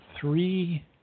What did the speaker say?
three